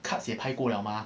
也拍过了嘛